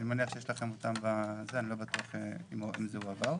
אני מניח שיש לכם אותם, אני לא בטוח אם זה הועבר.